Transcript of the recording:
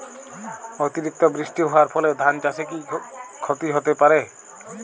অতিরিক্ত বৃষ্টি হওয়ার ফলে ধান চাষে কি ক্ষতি হতে পারে?